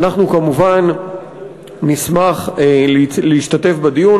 אנחנו כמובן נשמח להשתתף בדיון.